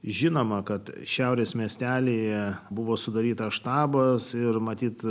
žinoma kad šiaurės miestelyje buvo sudarytas štabas ir matyt